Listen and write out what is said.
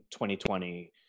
2020